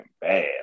bad